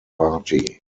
party